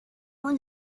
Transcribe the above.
one